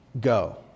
go